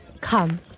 Come